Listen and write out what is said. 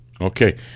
Okay